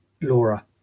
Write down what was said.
Laura